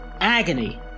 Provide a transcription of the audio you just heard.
Agony